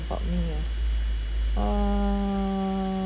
about me ah err